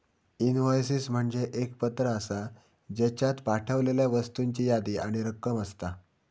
invoices म्हणजे एक पत्र आसा, ज्येच्यात पाठवलेल्या वस्तूंची यादी आणि रक्कम असता